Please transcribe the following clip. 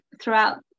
throughout